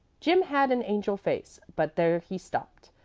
jim had an angel face, but there he stopped.